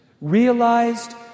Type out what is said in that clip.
realized